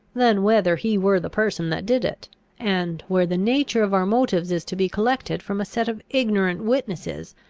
than whether he were the person that did it and where the nature of our motives is to be collected from a set of ignorant witnesses,